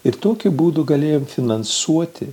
ir tokiu būdu galėjom finansuoti